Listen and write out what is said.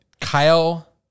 Kyle